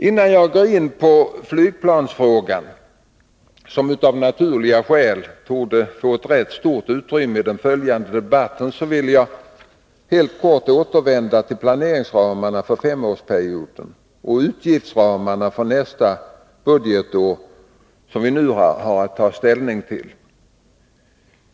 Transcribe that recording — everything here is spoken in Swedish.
Innan jag går in på flygplansfrågan, som av naturliga skäl torde få ett rätt stort utrymme i den följande debatten, vill jag helt kort återvända till planeringsramarna för femårsperioden och utgiftsramarna för nästa budgetår, som vi nu har att ta ställning till.